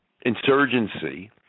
insurgency